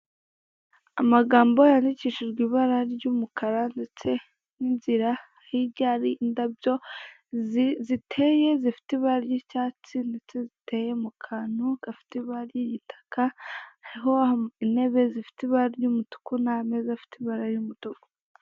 Amagambo yandikishijwe ibara ry'umukara ndetse n'inzira hirya hari indabyo ziteye zifite ibara ry'icyatsi ndetse ziteye mu kantu gafite ibara ry'igitaka hariho intebe zifite ibara ry'umutuku n'ameza afite ibara y'umutuku.